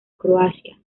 croacia